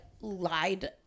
lied